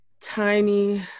tiny